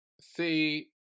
See